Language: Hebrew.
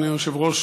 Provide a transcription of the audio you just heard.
אדוני היושב-ראש,